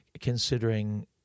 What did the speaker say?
considering